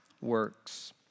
works